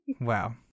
Wow